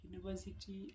University